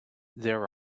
there